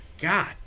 god